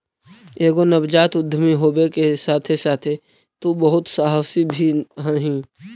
एगो नवजात उद्यमी होबे के साथे साथे तु बहुत सहासी भी हहिं